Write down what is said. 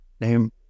Name